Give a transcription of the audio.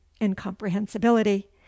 incomprehensibility